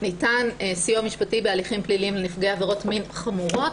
ניתן סיוע משפטי בהליכים פליליים לנפגעי עבירות מין חמורות.